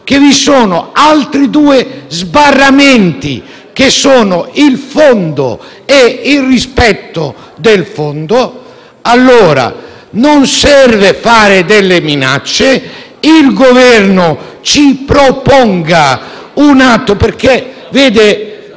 che vi sono altri due sbarramenti (il fondo e il rispetto del fondo), allora non serve fare delle minacce. Il Governo ci proponga un atto. Senatore